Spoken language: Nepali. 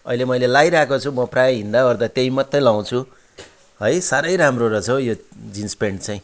अहिले मैले लाइरहेको छु म प्रायः हिँड्दा ओर्दा त्यही मात्रै लाउँछु है साह्रै राम्रो रहेछ हौ यो जिन्स पेन्ट चाहिँ